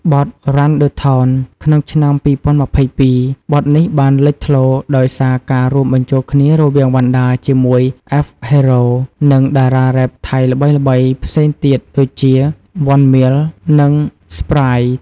បទ "RUN THE TOWN" ក្នុង ឆ្នាំ២០២២ បទនេះបានលេចធ្លោដោយសារការរួមបញ្ចូលគ្នារវាងវណ្ណដាជាមួយ F.HERO និងតារារ៉េបថៃល្បីៗផ្សេងទៀតដូចជា 1MILL និង SPRITE។